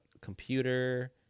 computer